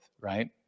right